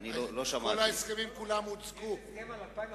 רגע, יש הסכם גם על 2011 ו-2012,